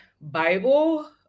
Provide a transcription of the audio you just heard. Bible